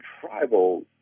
tribal